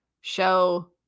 show